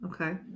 Okay